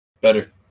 better